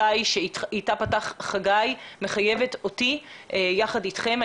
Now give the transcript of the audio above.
אימתי אתה פתח חגי לוין מחייבת אותי יחד אתכם.